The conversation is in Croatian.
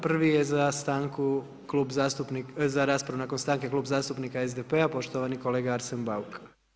Prvi je za stanku, za raspravu nakon stanke Klub zastupnika SDP-a poštovani kolega Arsen Bauk.